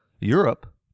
Europe